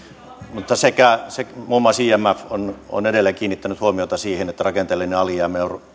muun muassa imf on on edelleen kiinnittänyt huomiota siihen että rakenteellinen alijäämä